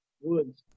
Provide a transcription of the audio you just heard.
Woods